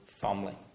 family